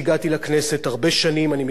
ואני מכיר את האנשים שנמצאים שם,